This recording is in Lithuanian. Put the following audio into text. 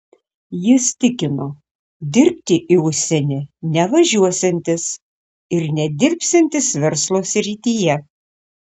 jis tikino dirbti į užsienį nevažiuosiantis ir nedirbsiantis verslo srityje